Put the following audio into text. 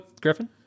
Griffin